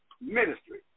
ministry